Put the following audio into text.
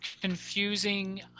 confusing